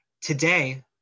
Today